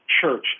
church